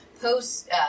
post